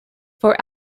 for